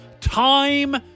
Time